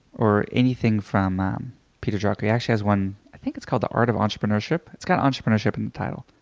or anything from um peter drucker. he actually has one i think it's called the art of entrepreneurship. it's got entrepreneurship in the title.